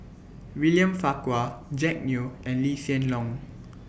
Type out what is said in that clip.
William Farquhar Jack Neo and Lee Hsien Loong